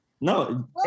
No